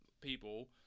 people